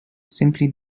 simply